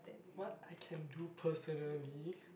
what I can do personally